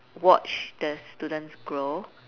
watch the students grow